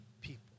people